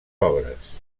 obres